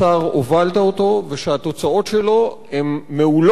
הובלת ושהתוצאות שלו מעולות,